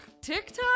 TikTok